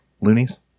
Loonies